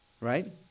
Right